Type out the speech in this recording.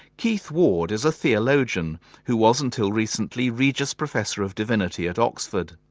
keith ward is a theologian who was, until recently, regius professor of divinity at oxford.